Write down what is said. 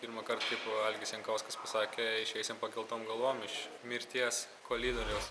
pirmąkart kaip algis jankauskas pasakė išeisim pakeltom galvom iš mirties kolidoriaus